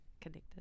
Connected